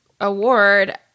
award